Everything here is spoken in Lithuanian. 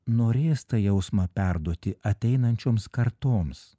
norės tą jausmą perduoti ateinančioms kartoms